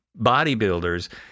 bodybuilders